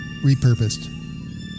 Repurposed